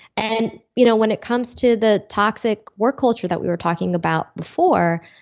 and you know when it comes to the toxic work culture that we were talking about before,